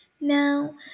Now